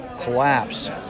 collapse